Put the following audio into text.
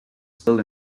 still